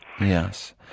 Yes